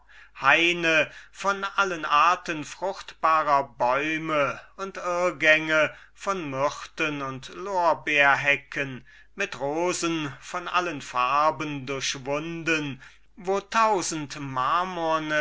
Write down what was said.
haine von allen arten der fruchtbaren bäume und irrgänge von myrten und lorbeer hecken mit rosen von allen farben durchwunden wo tausend marmorne